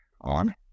on